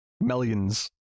Millions